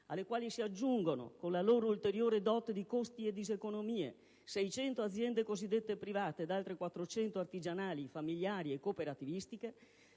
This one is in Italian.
alle quali si aggiungono, con la loro ulteriore dote di costi e diseconomie, 600 aziende cosiddette private ed altre 400 artigianali, familiari e cooperativistiche,